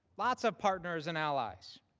lots of partners and allies.